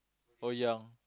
oh ya